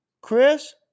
Chris